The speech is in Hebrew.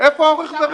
איפה אורך ורוחב?